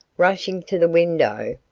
rushing to the window,